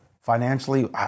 Financially